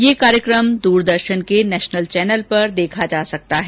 ये कार्यक्रम दूरदर्शन के नेशनल चैनल पर देखा जा सकता है